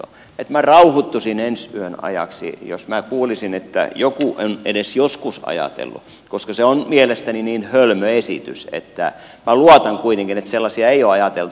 minä rauhoittuisin ensi yön ajaksi jos minä kuulisin että joku on edes joskus ajatellut koska se on mielestäni niin hölmö esitys että minä luotan kuitenkin että sellaisia ei ole ajateltu